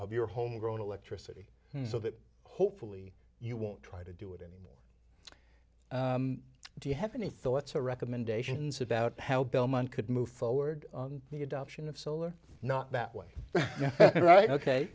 of your home grown electricity so that hopefully you won't try to do it anymore do you have any thoughts or recommendations about how belmont could move forward the adoption of solar not that way yeah right ok